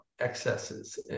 excesses